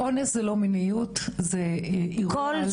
אונס זה לא מיניות, זה אירוע אלים.